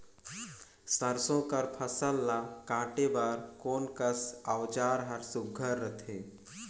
सरसो कर फसल ला काटे बर कोन कस औजार हर सुघ्घर रथे?